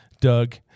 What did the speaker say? Doug